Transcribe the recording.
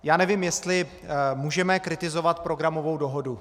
Já nevím, jestli můžeme kritizovat programovou dohodu.